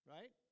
Right